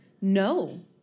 no